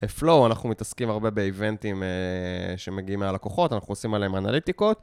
בפלואו, אנחנו מתעסקים הרבה באיבנטים שמגיעים מהלקוחות, אנחנו עושים עליהם אנליטיקות.